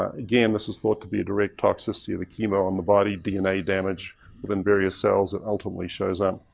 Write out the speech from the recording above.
again, this is thought to be a direct toxicity of the chemo on the body, dna damage within various cells and ultimately shows up.